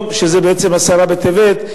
שזה בעצם י' בטבת,